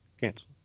cancel